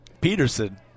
Peterson